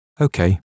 okay